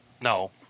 no